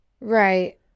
Right